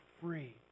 free